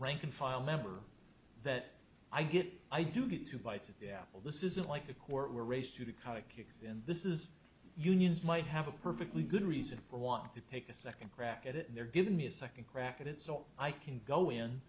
rank and file member that i get i do get two bites at the apple this isn't like a court were raised to become a case in this is unions might have a perfectly good reason for wanting to take a second crack at it and they're giving me a second crack at it so i can go in